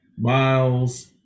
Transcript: Miles